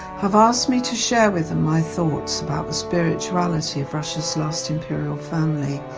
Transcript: have asked me to share with them my thoughts about the spirituality of russia's last imperial family.